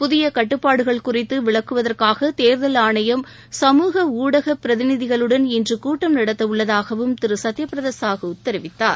புதிய கட்டுப்பாடுகள் குறித்து விளக்குவதற்காக தேர்தல் ஆணையம் சமூக ஊடகப் பிரதிநிதிகளுடன் இன்று கூட்டம் நடத்தவுள்ளதாகவும் திரு சத்யபிரதா சாஹூ தெரிவித்தார்